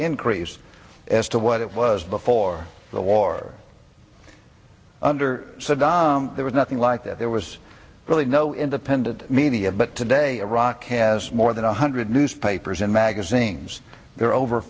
increase as to what it was before the war under saddam there was nothing like that there was really no independent media but today iraq has more than one hundred newspapers and magazines there are over